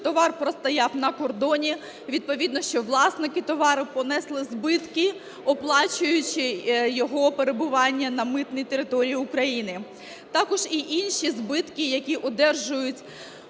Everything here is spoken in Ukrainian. товар простояв на кордоні, відповідно, що власники товару понесли збитки, оплачуючи його перебування на митній території України, також і інші збитки, які одержують